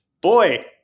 Boy